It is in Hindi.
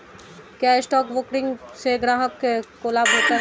क्या स्टॉक ब्रोकिंग से ग्राहक को लाभ होता है?